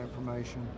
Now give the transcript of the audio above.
information